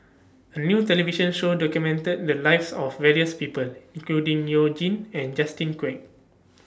A New television Show documented The Lives of various People including YOU Jin and Justin Quek